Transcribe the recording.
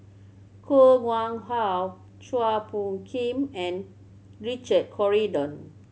Koh Nguang How Chua Phung Kim and Richard Corridon